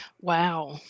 Wow